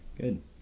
good